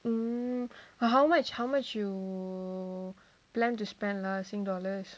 um uh how much how much you plan to spend lah singapore dollars